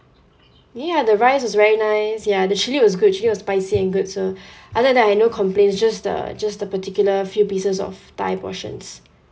ya the rice is very nice ya the chilli was good chilli was spicy and good so other than that I have no complaints just the just the particular few pieces of thigh portions